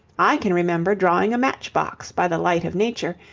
i can remember drawing a matchbox by the light of nature,